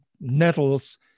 nettles